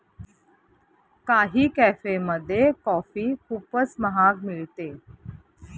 काही कॅफेमध्ये कॉफी खूपच महाग मिळते